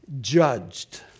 judged